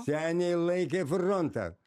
seniai laikė frontą